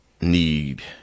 need